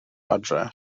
adre